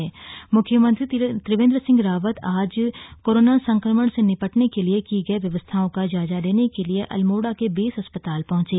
medical college का निरीक्षण मुख्यमंत्री त्रिवेंद्र सिंह रावत आज कोरोना संक्रमण से निपटने के लिए की गयी व्यवस्थाओं का जायजा लेने के लिए अल्मोड़ा के बेस अस्पताल पहुँचे